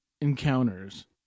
encounters